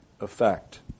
effect